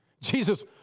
Jesus